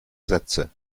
sätze